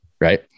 right